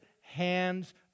hands